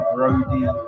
Brody